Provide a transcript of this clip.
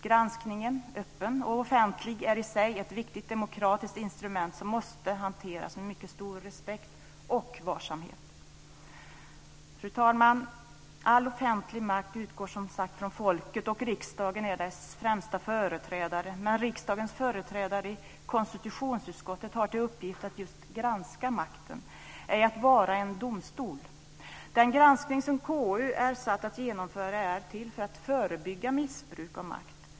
Granskningen, öppen och offentlig, är i sig ett viktigt demokratiskt instrument som måste hanteras med mycket stor respekt och varsamhet. Fru talman! All offentlig makt utgår som sagt från folket, och riksdagen är dess främsta företrädare. Men riksdagens företrädare i konstitutionsutskottet har till uppgift att just granska makten, ej att vara en domstol. Den granskning som KU är satt att genomföra är till för att förebygga missbruk av makt.